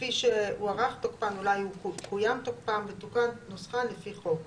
כפי שהוארך תוקפן ותוקן נוסחן לפי חוק,